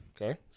Okay